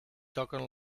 toquen